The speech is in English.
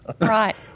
Right